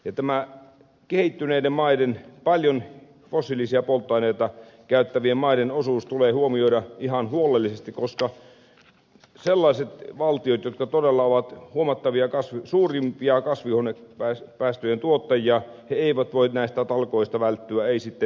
tämä kehittyneiden maiden paljon fossiilisia polttoaineita käyttävien maiden osuus tulee huomioida ihan huolellisesti koska sellaiset valtiot jotka todella ovat suurimpia kasvihuonepäästöjen tuottajia eivät voi näistä talkoista välttyä eivät sitten millään